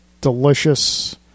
delicious